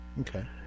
Okay